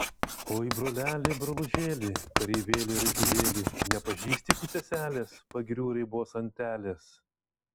oi broleli brolužėli kareivėli raitužėli nepažįsti tu seselės pagirių raibos antelės